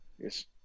Yes